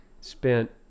spent